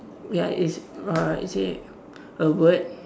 ya it's uh it say a word